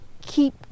keep